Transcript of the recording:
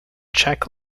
czech